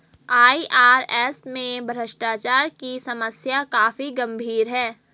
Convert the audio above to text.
IRS में भ्रष्टाचार की समस्या काफी गंभीर है